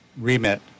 remit